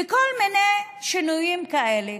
וכל מיני שינויים כאלה.